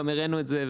גם הראנו את זה,